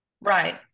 right